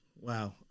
Wow